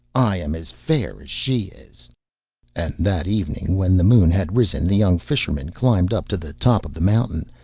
i am as fair as she is and that evening, when the moon had risen, the young fisherman climbed up to the top of the mountain,